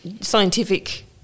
scientific